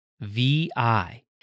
VI